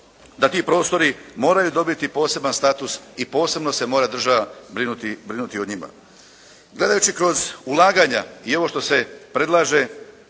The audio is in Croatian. da ti prostori moraju dobiti poseban status i posebno se mora država brinuti o njima. Gledajući kroz ulaganja i ovo što se predlaže,